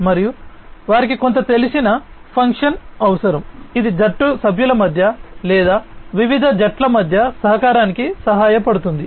మరియు వారికి కొంత తెలిసిన ఫంక్షన్ అవసరం ఇది జట్టు సభ్యుల మధ్య లేదా వివిధ జట్ల మధ్య సహకారానికి సహాయపడుతుంది